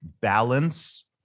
balance